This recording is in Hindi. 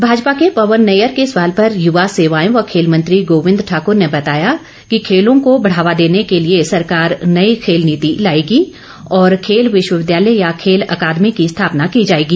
भाजपा के पवन नैय्यर के सवाल पर युवा सेवाएं व खेल मंत्री गोबिंद ठाकुर ने बताया कि खेलों को बढ़ावा देने के लिए सरकार नई खेल नीति लाई जाएगी और खेल विश्वविद्यालय या खेल अकादमी की स्थापना की जाएगी